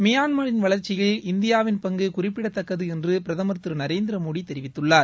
மியான்மரின் வளர்ச்சியில் இந்தியாவின் பங்கு குறிப்பிடத்தக்கது என்று திரு நரேந்திர மோடி தெரிவித்துள்ளார்